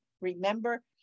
remember